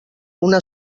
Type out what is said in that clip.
una